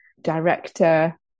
director